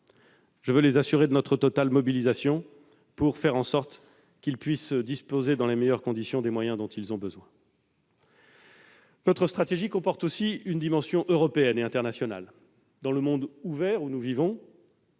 Je veux les assurer de notre totale mobilisation pour qu'ils puissent disposer, dans les meilleures conditions, des moyens dont ils ont besoin. Notre stratégie comporte aussi une dimension européenne et internationale. Dans le monde ouvert où nous vivons,